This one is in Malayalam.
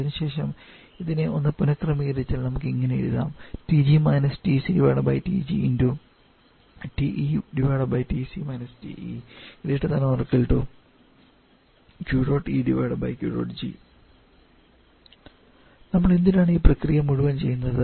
അതിനുശേഷം ഇതിനെ ഒന്ന് പുനക്രമീകരിച്ചാൽ നമുക്ക് ഇങ്ങനെ എഴുതാം നമ്മൾ എന്തിനാണ് ഈ പ്രക്രിയ മുഴുവൻ ചെയ്യുന്നത്